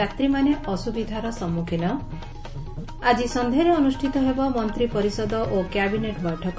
ଯାତ୍ରୀମାନେ ଅସୁବିଧାର ସମ୍ମଖୀନ ଆକି ସଂଧାରେ ଅନୁଷିତ ହେବ ମନ୍ତିପରିଷଦ ଓ କ୍ୟାବିନେଟ୍ ବୈଠକ